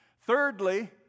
Thirdly